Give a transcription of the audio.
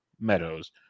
Meadows